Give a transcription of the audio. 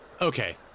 Okay